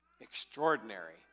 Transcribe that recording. Extraordinary